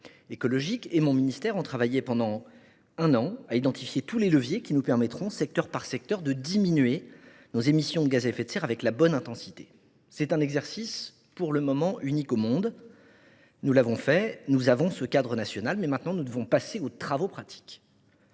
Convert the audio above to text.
écologique et mon ministère ont travaillé pendant un an à identifier tous les leviers qui nous permettront, secteur par secteur, de diminuer nos émissions de gaz à effet de serre avec la bonne intensité. Cet exercice unique au monde, nous l’avons fait. Ce cadre national, nous l’avons. Désormais, nous devons passer aux travaux pratiques.